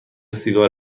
سیگار